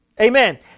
Amen